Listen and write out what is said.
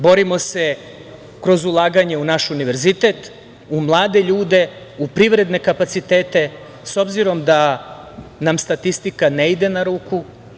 Borimo se kroz ulaganje u naš univerzitet, u mlade ljude, u privredne kapacitete, s obzirom da nam statistika ne ide na ruku.